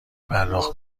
پرداخت